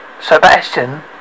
Sebastian